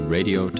Radio